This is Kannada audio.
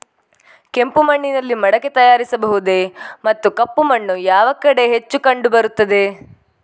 ಕೆಂಪು ಮಣ್ಣಿನಲ್ಲಿ ಮಡಿಕೆ ತಯಾರಿಸಬಹುದೇ ಮತ್ತು ಕಪ್ಪು ಮಣ್ಣು ಯಾವ ಕಡೆ ಹೆಚ್ಚು ಕಂಡುಬರುತ್ತದೆ?